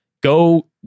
go